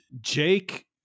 Jake